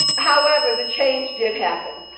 however, the change did happen,